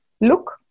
Look